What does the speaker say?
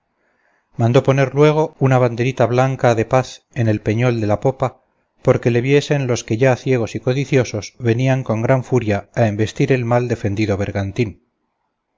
mandó poner luego una banderita blanca de paz en el peñol de la popa por que le viesen los que ya ciegos y codiciosos venían con gran furia a embestir el mal defendido bergantín